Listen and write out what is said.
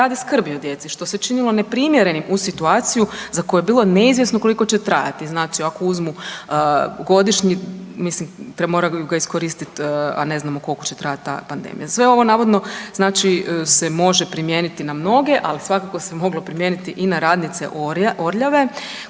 radi skrbi o djeci što se činilo neprimjerenim u situaciji za koju je bilo neizvjesno koliko će trajati. Znači ako uzmu godišnji mislim moraju ga iskoristit, a ne znamo koliko će trajati ta pandemija. Sve ovo navodno se može primijeniti na mnoge, ali svakako se moglo primijeniti i na radnice „Orljave“